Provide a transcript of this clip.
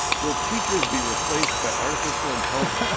will teachers be replaced by artificial intelligence?